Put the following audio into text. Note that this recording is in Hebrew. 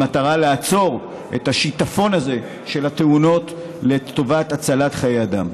במטרה לעצור את השיטפון הזה של התאונות לטובת הצלת חיי אדם.